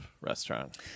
restaurant